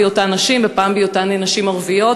פעם בהיותן נשים ופעם בהיותן ערביות.